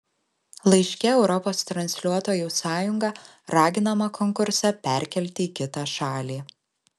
laiške europos transliuotojų sąjunga raginama konkursą perkelti į kitą šalį